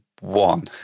one